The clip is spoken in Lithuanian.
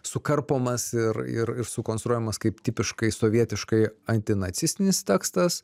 sukarpomas ir ir ir sukonstruojamas kaip tipiškai sovietiškai antinacistinis tekstas